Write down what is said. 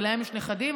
ולהם יש נכדים,